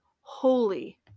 holy